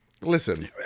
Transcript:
Listen